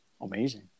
amazing